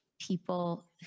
people